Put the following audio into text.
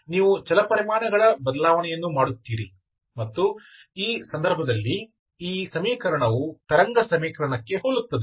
ನೀವು ಚಲಪರಿಮಾಣಗಳ ಬದಲಾವಣೆಯನ್ನು ಮಾಡುತ್ತೀರಿ ಮತ್ತು ಈ ಸಂದರ್ಭದಲ್ಲಿ ಸಮೀಕರಣವು ತರಂಗ ಸಮೀಕರಣಕ್ಕೆ ಹೋಲುತ್ತದೆ